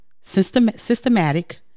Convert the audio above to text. systematic